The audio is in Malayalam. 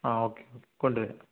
ആ ഓക്കെ കൊണ്ടുവരാം